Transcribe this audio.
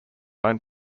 own